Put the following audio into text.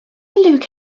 luke